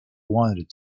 wanted